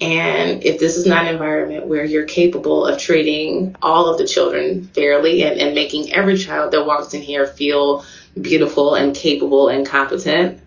and if this isn't an environment where you're capable of treating all of the children fairly and and making every child that was in here feel beautiful and capable and competent